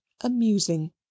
amusing